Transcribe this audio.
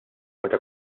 meta